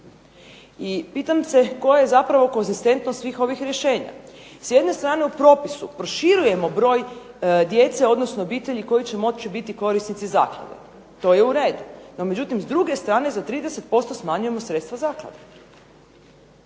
I pitam se koja je zapravo konzistentnost svih ovih rješenja. S jedne strane u propisu proširujemo broj djece, odnosno obitelji koji će moći biti korisnici Zaklade. To je u redu, no međutim s druge strane za 30% smanjujemo sredstva Zaklade.